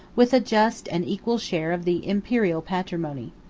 with a just and equal share of the imperial patrimony.